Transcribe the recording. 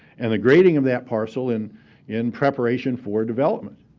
and the grading of that parcel in in preparation for development.